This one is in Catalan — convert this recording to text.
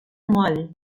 moll